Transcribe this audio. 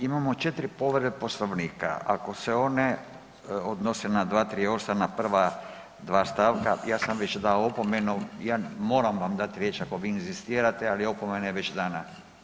Imamo 4 povrede Poslovnika, ako se one odnose na 238. na prva dva stavka ja sam već dao opomenu, ja moram vam dati riječ ako vi inzistirate ali opomena je već dana.